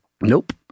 Nope